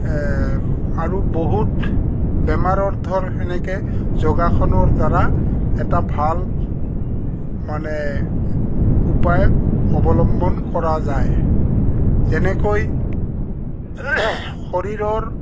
আৰু বহুত বেমাৰৰ ধৰ তেনেকৈ যোগাসনৰ দ্বাৰা এটা ভাল মানে উপায় অৱলম্বন কৰা যায় যেনেকৈ শৰীৰৰ